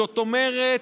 זאת אומרת,